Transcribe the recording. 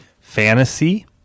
fantasy